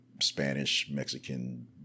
Spanish-Mexican